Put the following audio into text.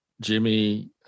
Jimmy